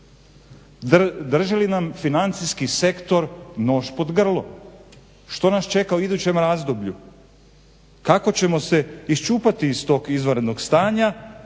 drži li nam financijski sektor nož pod grlom, što nas čeka u idućem razdoblju, kako ćemo se iščupati iz tog izvanrednog stanja